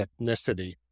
ethnicity